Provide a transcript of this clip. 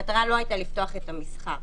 המטרה לא הייתה לפתוח את המסחר.